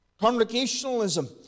Congregationalism